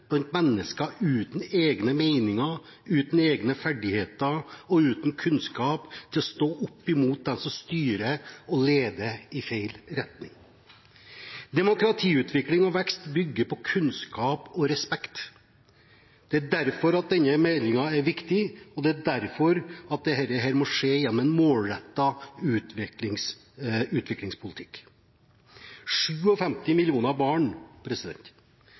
mennesker uten egne meninger, uten egne ferdigheter og uten kunnskap til å stå opp mot dem som styrer og leder i feil retning. Demokratiutvikling og vekst bygger på kunnskap og respekt. Det er derfor denne meldingen er viktig, og det er derfor dette må skje gjennom en målrettet utviklingspolitikk. 57 millioner barn